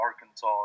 Arkansas